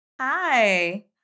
Hi